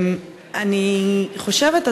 אני חושבת,